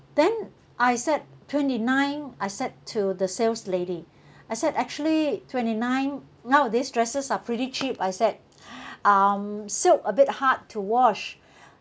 then I said twenty nine I said to the saleslady I said actually twenty nine nowadays dresses are pretty cheap I said um silk a bit hard to wash